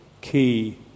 key